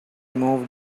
moved